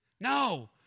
No